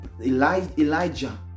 Elijah